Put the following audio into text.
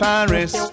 Paris